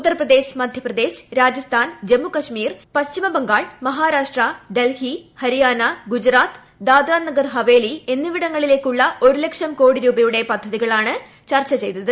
ഉത്തർപ്രദേശ് മധ്യപ്രദേശ് രാജസ്ഥാൻ ജമ്മുകശ്മീർ പശ്ചിമബംഗാൾ മഹാരാഷ്ട്ര ഡൽഹി ഹരിയാന ഗുജറാത്ത് ദാദ്ര നാഗർ ഹവേലി എന്നിവിടങ്ങളിലേക്കുള്ള ഒരു ലക്ഷം കോടി രൂപയുടെ പദ്ധതികളാണ് ചർച്ച ചെയ്തത്